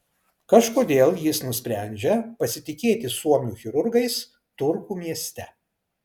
kažkodėl jis nusprendžia pasitikėti suomių chirurgais turku mieste